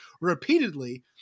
repeatedly